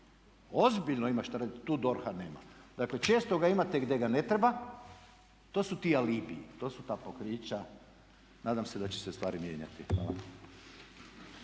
ozbiljno ima što raditi tu DORH-a nema. Dakle, često ga imate gdje ga ne treba, to su ti alibiji, to su ta pokrića. Nadam se da će se stvari mijenjati. Hvala.